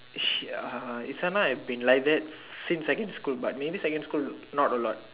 she uh Zana has been like that since secondary school maybe secondary school not a lot